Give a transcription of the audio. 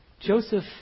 Joseph